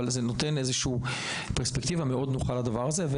אבל זה נותן איזו שהיא פרספקטיבה מאוד נוחה לדבר הזה.